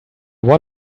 what